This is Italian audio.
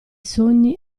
sogni